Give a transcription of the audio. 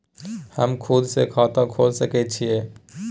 हम खुद से खाता खोल सके छीयै?